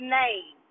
name